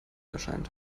erscheint